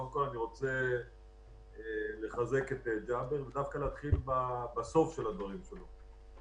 קודם כול אני רוצה לחזק את ג'אבר ולהתחיל דווקא בסוף הדברים שלו.